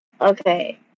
Okay